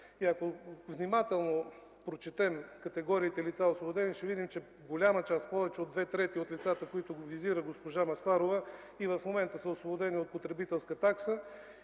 Ако внимателно прочетем категориите освободени лица, ще видим, че голяма част, повече от две трети от лицата, които визира госпожа Масларова, и в момента са освободени от потребителска такса.